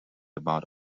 about